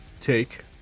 take